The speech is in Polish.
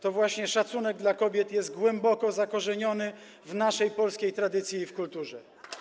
To właśnie szacunek do kobiet jest głęboko zakorzeniony w naszej polskiej tradycji i kulturze.